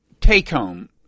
take-home